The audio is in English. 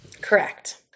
Correct